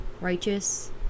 righteous